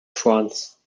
france